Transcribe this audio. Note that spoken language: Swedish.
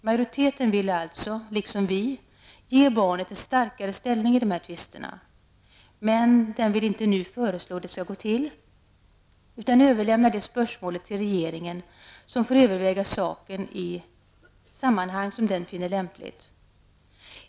Majoriteten vill alltså, liksom vi, ge barnet en starkare ställning i de här tvisterna, men den vill inte nu föreslå hur det skall gå till, utan överlämnar det spörsmålet till regeringen, som får överväga saken i sammanhang som den finner lämpligt.